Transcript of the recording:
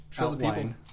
outline